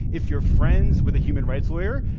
if you're friends with a human rights lawyer,